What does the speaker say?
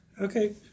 Okay